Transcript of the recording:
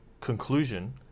conclusion